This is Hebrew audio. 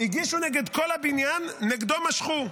-- הגישו נגד כל הבניין, נגדו משכו.